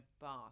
bath